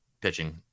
pitching